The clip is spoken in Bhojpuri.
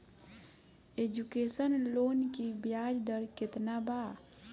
एजुकेशन लोन की ब्याज दर केतना बा?